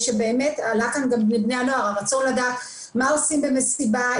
עלה כאן גם מבני הנוער הרצון לדעת מה עושים במסיבה,